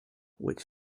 which